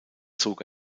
zog